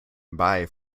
bye